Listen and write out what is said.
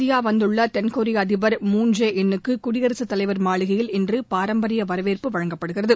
India வந்துள்ள தென்கொரிய அதிபா் மூன் ஜே இன் னுக்கு குடியரசுத்தலைவா் மாளிகையில் இன்று பாரம்பரிய வரவேற்பு அளிக்கப்படுகிறது